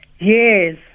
Yes